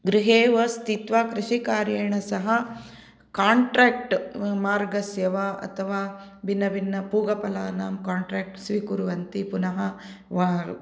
गृहे एव स्थित्वा कृषीकार्येण सह काण्ट्रेक्ट् मार्गस्य वा अथवा भिन्नभिन्न पूगफलानां काण्ट्राक्ट् स्वीकुर्वन्ति पुनः वा